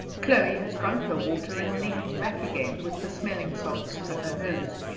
chloe has drunk her water and leaned back again, with the smelling salts to her nose.